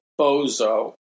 bozo